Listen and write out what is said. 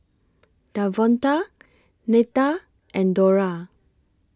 Davonta Netta and Dora